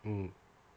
mm